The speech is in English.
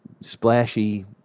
splashy